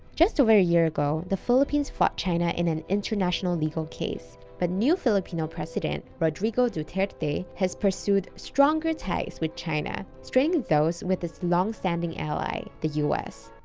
just over a year ago, the philippines fought china in an international legal case. but new filipino president rodrigo duterte has pursued stronger ties with china, straining those with its longstanding ally, the u s.